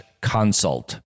consult